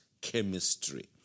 chemistry